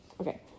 Okay